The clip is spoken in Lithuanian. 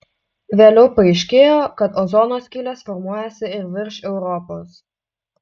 vėliau paaiškėjo kad ozono skylės formuojasi ir virš europos